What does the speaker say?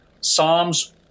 Psalms